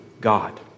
God